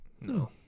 No